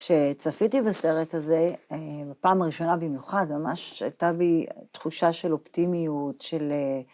‫שצפיתי בסרט הזה, ‫בפעם הראשונה במיוחד, ‫ממש הייתה בי תחושה ‫של אופטימיות, של...